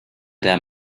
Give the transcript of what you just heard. der